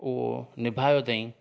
उहो निभायो तईं